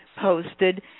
posted